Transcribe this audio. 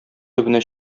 төбенә